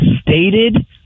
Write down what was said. stated